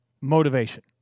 motivation